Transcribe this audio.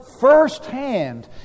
firsthand